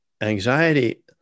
anxiety